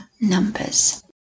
numbers